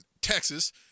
Texas